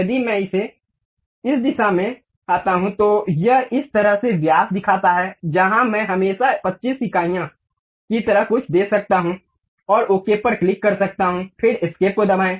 यदि मैं इस दिशा में आता हूं तो यह इस तरह से व्यास दिखाता है जहां मैं हमेशा 25 इकाइयों की तरह कुछ दे सकता हूं और ओके पर क्लिक कर सकता हूं फिर एस्केप को दबाएं